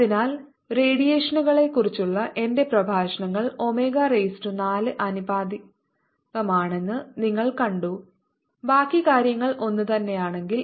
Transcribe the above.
അതിനാൽ റേഡിയേഷനെക്കുറിച്ചുള്ള എന്റെ പ്രഭാഷണങ്ങൾ ഒമേഗ റൈസ് ടു 4 ആനുപാതികമാണെന്ന് നിങ്ങൾ കണ്ടു ബാക്കി കാര്യങ്ങൾ ഒന്നുതന്നെയാണെങ്കിൽ